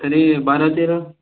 तरी बारा तेरा